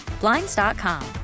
Blinds.com